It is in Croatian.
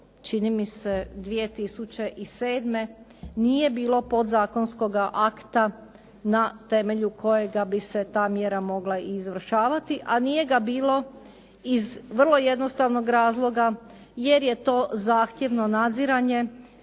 čini mi se 2007. nije bilo podzakonskoga akta na temelju kojega bi se ta mjera mogla izvršavati a nije ga bilo iz vrlo jednostavnog razloga jer je to zahtjevno nadziranje,